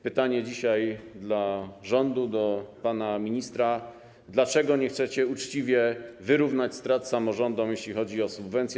Pytanie dzisiaj do rządu, do pana ministra: Dlaczego nie chcecie uczciwie wyrównać strat samorządom, jeśli chodzi o subwencje?